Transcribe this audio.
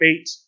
eight